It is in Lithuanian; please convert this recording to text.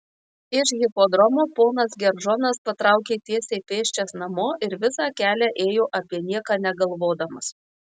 iš hipodromo ponas geržonas patraukė tiesiai pėsčias namo ir visą kelią ėjo apie nieką negalvodamas